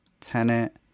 Tenant